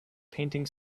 painting